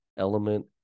element